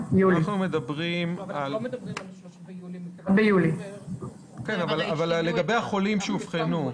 אנחנו מדברים --- אנחנו לא מדברים על --- אבל לגבי החולים שאובחנו,